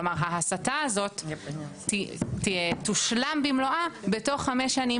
כלומר ההסטה הזאת תושלם במלואה בתוך חמש שנים